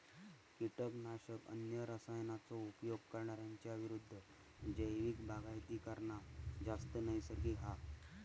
किटकनाशक, अन्य रसायनांचो उपयोग करणार्यांच्या विरुद्ध जैविक बागायती करना जास्त नैसर्गिक हा